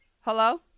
Hello